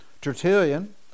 Tertullian